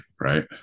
right